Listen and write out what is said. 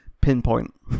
pinpoint